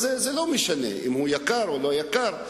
זה לא משנה אם הוא יקר או לא יקר,